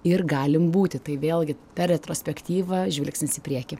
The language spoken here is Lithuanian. ir galim būti tai vėlgi per retrospektyvą žvilgsnis į priekį